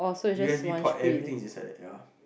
U_S B port everything is inside yeah